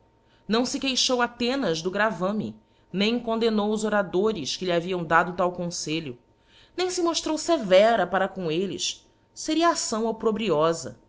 não fe queixou athenas do grav me nem condenrmou os oradores que lhe haviam dac tal confelho nem fe moftrou fevera para com elles c ria acção opprobriofa